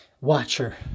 watcher